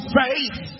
faith